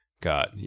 got